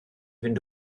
fynd